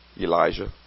Elijah